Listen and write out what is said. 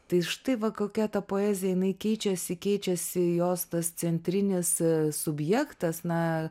tai štai va kokia ta poezija jinai keičiasi keičiasi jos tas centrinis subjektas na